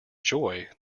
joy